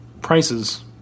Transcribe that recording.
prices